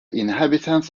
inhabitants